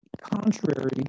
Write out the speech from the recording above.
contrary